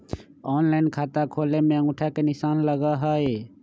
Online खाता खोले में अंगूठा के निशान लगहई?